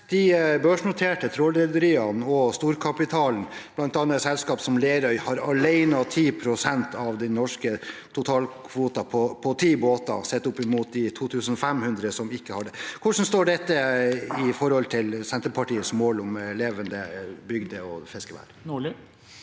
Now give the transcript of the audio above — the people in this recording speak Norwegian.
de børsnoterte trålrederiene og storkapitalen, bl.a. et selskap som Lerøy, alene har 10 pst. av den norske totalkvoten på ti båter, sett opp mot de 2 500 som ikke har det. Hvordan står dette i forhold til Senterpartiets mål om levende bygder og fiskevær?